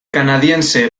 canadiense